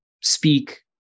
speak